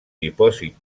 dipòsit